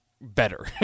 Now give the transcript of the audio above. better